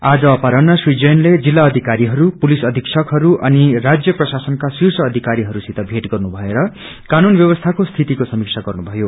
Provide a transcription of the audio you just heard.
आज अपरान्ह श्री जैनले जिल्लधिकारीहरू पुलिस अधिकक्षहरू अनि राज्य प्रशासनका शीप्र अधिकरीहरू सित भगट गर्नुभएर कानून व्यवस्थाको स्थितिको समीक्षा गर्नुभयो